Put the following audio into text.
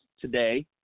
today